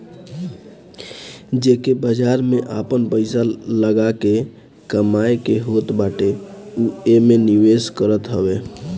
जेके बाजार में आपन पईसा लगा के कमाए के होत बाटे उ एमे निवेश करत हवे